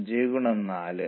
5 x ആയിരിക്കും